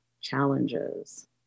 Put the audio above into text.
challenges